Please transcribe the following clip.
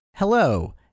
Hello